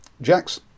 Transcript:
Jax